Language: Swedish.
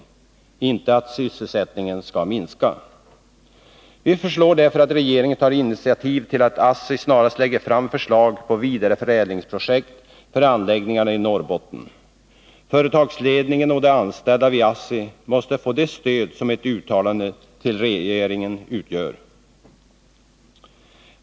Utgångspunkten får inte vara att sysselsättningen skall minska. Vi föreslår därför att regeringen tar initiativ till att ASSI snarast lägger fram förslag om vidareförädlingsprojekt för anläggningarna i Norrbotten. Företagsledningen och de anställda vid ASSI måste få det stöd som ett uttalande till regeringen utgör.